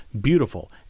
beautiful